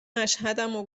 اشهدمو